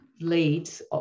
leads